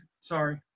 Sorry